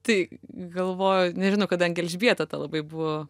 tai galvoju nežinau kadangi elžbieta tą labai buvo